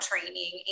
training